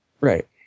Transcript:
right